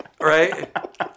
Right